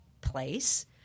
place